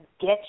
get